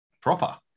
proper